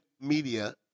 media